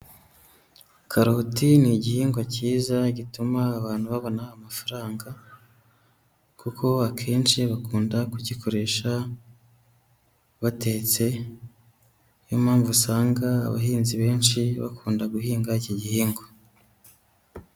Karoti ni igihingwa cyiza gituma abantu babona amafaranga, kuko akenshi bakunda kukigikoresha batetse, niyo mpamvu usanga abahinzi benshi bakunda guhinga iki gihingwa.